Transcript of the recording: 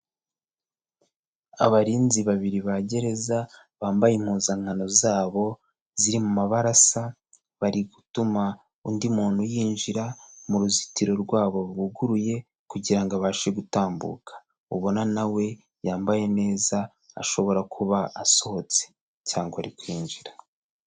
Abarinzi babiri ba gereza, bambaye impuzankano zabo, ziri mu mabara asa, bari gutuma undi muntu yinjira mu ruzitiro rwabo buguruye kugira ngo abashe gutambuka, ubona na we yambaye neza ashobora kuba asohotse cyangwa ari kwinjira.